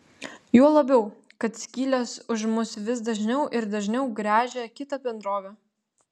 juo labiau kad skyles už mus vis dažniau ir dažniau gręžia kita bendrovė